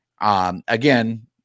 Again